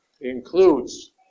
includes